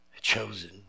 Chosen